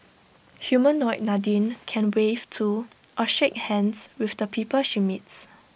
Humanoid Nadine can wave to or shake hands with the people she meets